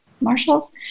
Marshall's